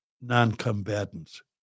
non-combatants